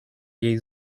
jej